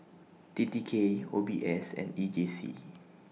T T K O B S and E J C